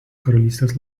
karalystės